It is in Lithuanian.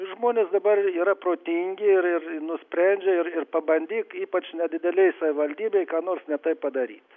žmonės dabar yra protingi ir ir nusprendžia ir ir pabandyk ypač nedidelėj savivaldybėj ką nors ne taip padaryt